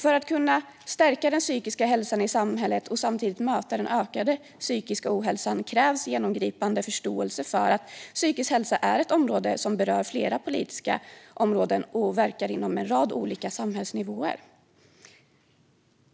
För att kunna stärka den psykiska hälsan i samhället och samtidigt möta den ökade psykiska ohälsan krävs en genomgripande förståelse för att psykisk hälsa är ett område som berör flera politiska områden och en rad olika samhällsnivåer.